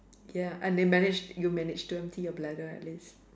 ya and they managed and you managed to empty your bladder at least